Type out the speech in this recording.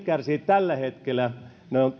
kärsivät tällä hetkellä